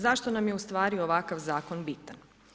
Zašto nam je ustvari ovakav zakon bitan.